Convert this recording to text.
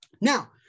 Now